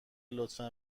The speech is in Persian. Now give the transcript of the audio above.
لطفا